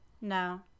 No